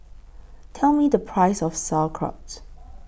Tell Me The Price of Sauerkraut